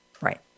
Right